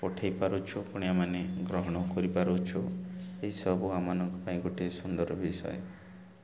ପଠାଇ ପାରୁଛୁ ପୁଣି ଆମମାନେ ଗ୍ରହଣ କରିପାରୁଛୁ ଏସବୁ ଆମମାନଙ୍କ ପାଇଁ ଗୋଟେ ସୁନ୍ଦର ବିଷୟ